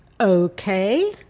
okay